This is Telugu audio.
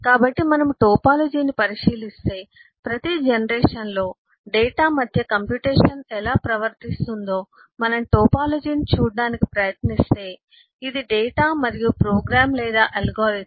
కాబట్టి మనము టోపాలజీని పరిశీలిస్తే మరియు ప్రతి జనరేషన్లో డేటా మధ్య కంప్యుటేషన్ ఎలా ప్రవర్తిస్తుందో మనం టోపోలాజీని చూడటానికి ప్రయత్నిస్తే ఇది డేటా మరియు ప్రోగ్రామ్ లేదా అల్గోరిథం